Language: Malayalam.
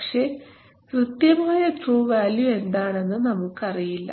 പക്ഷേ കൃത്യമായ ട്രൂ വാല്യൂ എന്താണെന്ന് നമുക്കറിയില്ല